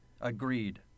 Agreed